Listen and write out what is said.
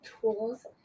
tools